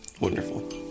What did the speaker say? Wonderful